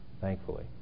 thankfully